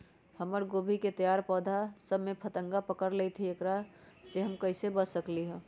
हमर गोभी के तैयार पौधा सब में फतंगा पकड़ लेई थई एकरा से हम कईसे बच सकली है?